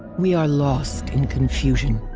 we are lost in confusion.